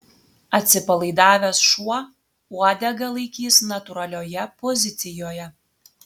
atsipalaidavęs šuo uodegą laikys natūralioje pozicijoje